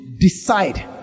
decide